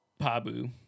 pabu